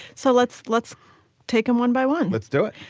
so let's let's take them one by one. let's do it.